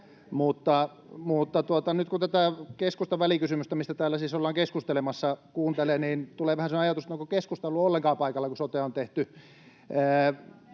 kuuntelee tätä keskustan välikysymystä, mistä täällä siis ollaan keskustelemassa, niin tulee vähän ajatus, onko keskusta ollut ollenkaan paikalla, kun sotea on tehty.